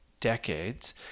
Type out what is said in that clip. decades